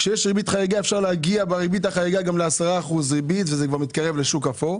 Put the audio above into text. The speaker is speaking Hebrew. וזה כבר מתקרב לשוק האפור.